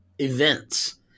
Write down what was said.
events